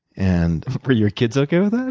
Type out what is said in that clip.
and were your kids okay with that?